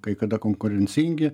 kai kada konkurencingi